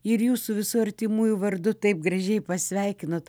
ir jūsų visų artimųjų vardu taip gražiai pasveikinot